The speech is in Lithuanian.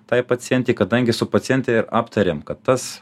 tai pacientei kadangi su paciente ir aptarėm kad tas